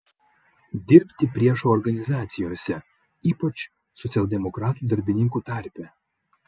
dirbti priešo organizacijose ypač socialdemokratų darbininkų tarpe